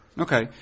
Okay